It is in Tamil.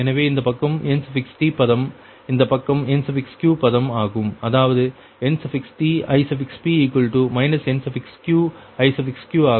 எனவே இந்த பக்கம் Nt பதம் இந்த பக்கம் Nq பதம் ஆகும் அதாவது NtIp NqIq ஆகும்